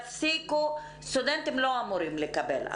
סטודנטים לא אמורים לקבל.